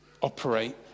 operate